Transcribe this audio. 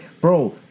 bro